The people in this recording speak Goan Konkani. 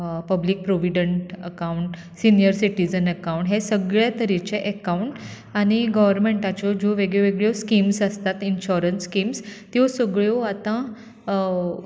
public provident account senior citizen account हे सगळे तरेचे अकाउंट आनी गवर्मेंटाच्यो ज्यो वेगळ्यो वेगळ्यो स्किम्ज आसतात इन्शोरंस स्किम्ज त्यो सगळ्यो आतां